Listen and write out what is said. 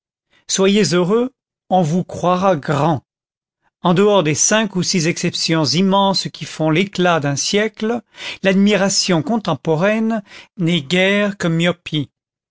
soyez heureux on vous croira grand en dehors des cinq ou six exceptions immenses qui font l'éclat d'un siècle l'admiration contemporaine n'est guère que myopie